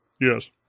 Yes